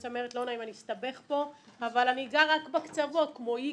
ואני אסתבך פה אבל אני אגע רק בקצוות כמו IGY